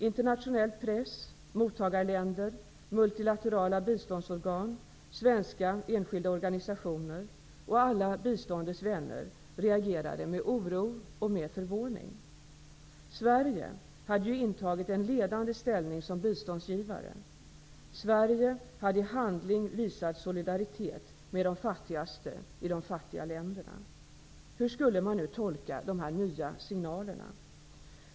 Internationell press, mottagarländer, multilaterala biståndsorgan, svenska enskilda organisationer och alla biståndets vänner reagerade med oro och förvåning. Sverige hade ju intagit en ledande ställning som biståndsgivare. Sverige hade i handling visat solidaritet med de fattigaste i de fattiga länderna. Hur skulle man tolka dessa nya signaler?